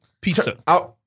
pizza